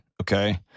Okay